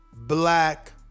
Black